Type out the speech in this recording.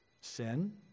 sin